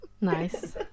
nice